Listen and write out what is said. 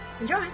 Enjoy